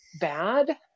bad